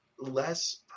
less